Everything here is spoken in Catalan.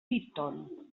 python